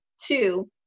Two